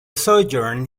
sojourn